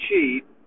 cheap